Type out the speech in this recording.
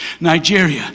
Nigeria